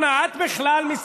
חוצפה.